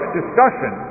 discussion